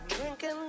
drinking